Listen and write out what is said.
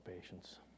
patience